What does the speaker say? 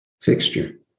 fixture